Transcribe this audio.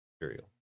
material